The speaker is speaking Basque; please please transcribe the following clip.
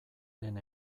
den